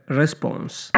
response